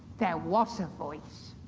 there was a voice,